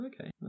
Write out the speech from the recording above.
okay